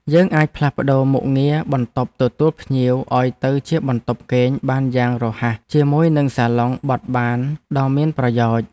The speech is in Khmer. យើងអាចផ្លាស់ប្តូរមុខងារបន្ទប់ទទួលភ្ញៀវឱ្យទៅជាបន្ទប់គេងបានយ៉ាងរហ័សជាមួយនឹងសាឡុងបត់បានដ៏មានប្រយោជន៍។